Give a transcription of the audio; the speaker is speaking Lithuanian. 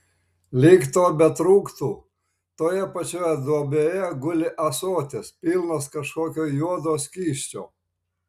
lyg to betrūktų toje pačioje duobėje guli ąsotis pilnas kažkokio juodo skysčio